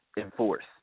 enforce